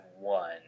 one